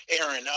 Aaron